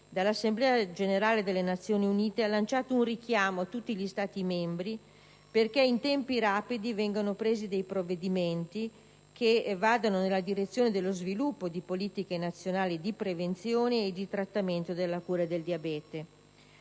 dall'Assemblea generale ha lanciato un richiamo a tutti gli Stati membri perché in tempi rapidi vengano presi provvedimenti che vadano nella direzione dello sviluppo di politiche nazionali di prevenzione e trattamento della cura del diabete.